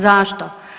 Zašto?